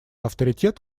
авторитет